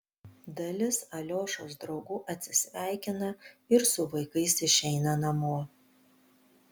dalis aliošos draugų atsisveikina ir su vaikais išeina namo